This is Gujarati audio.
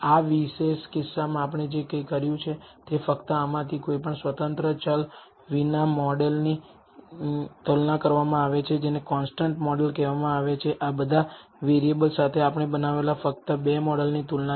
આ વિશેષ કિસ્સામાં આપણે જે કર્યું છે તે ફક્ત આમાંથી કોઈપણ સ્વતંત્ર ચલ વિના મોડેલની તુલના કરવામાં આવે છે જેને કોન્સ્ટન્ટ મોડેલ કહેવામાં આવે છે આ બધા વેરીયેબલ સાથે આપણે બનાવેલા ફક્ત બે મોડેલની તુલના છે